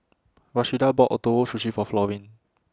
Rashida bought Ootoro Sushi For Florine